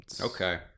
okay